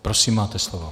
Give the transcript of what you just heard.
Prosím, máte slovo.